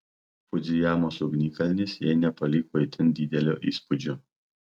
fudzijamos ugnikalnis jai nepaliko itin didelio įspūdžio